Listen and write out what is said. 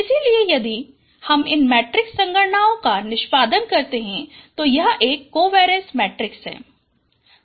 इसलिए यदि हम इन मैट्रिक्स संगणनाओं का निष्पादन करते हैं तो यह एक कोवेरीएंस मैट्रिक्स है हमें मिलती है